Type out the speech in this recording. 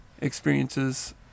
experiences